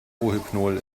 rohypnol